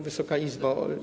Wysoka Izbo!